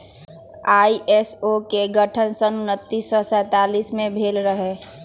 ISO के गठन सन उन्नीस सौ सैंतालीस में भेल रहै